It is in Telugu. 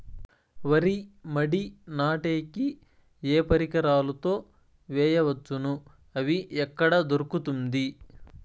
వరి మడి నాటే కి ఏ పరికరాలు తో వేయవచ్చును అవి ఎక్కడ దొరుకుతుంది?